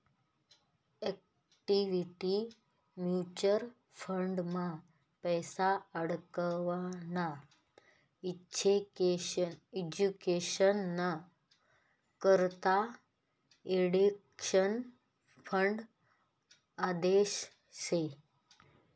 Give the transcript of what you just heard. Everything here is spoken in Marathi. इक्वीटी म्युचल फंडमा पैसा आडकवाना इच्छुकेसना करता इंडेक्स फंड आदर्श शे